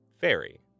fairy